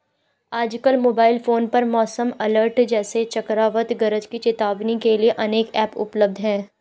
आजकल mobile phone पर मौसम अलर्ट जैसे चक्रवात गरज की चेतावनी के लिए अनेक ऐप उपलब्ध है